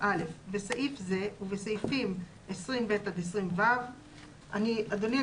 20א. (א)בסעיף זה ובסעיפים 20ב עד 20ו " אדוני,